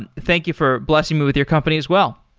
and thank you for blessing me with your company as well.